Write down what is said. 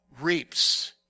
Reaps